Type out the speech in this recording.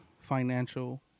financial